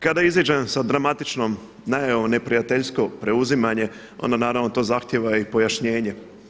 Kada iziđem sa dramatičnom najavom neprijateljsko preuzimanje onda naravno to zahtjeva i pojašnjenje.